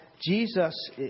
Jesus